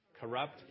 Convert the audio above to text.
corrupt